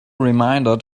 reminder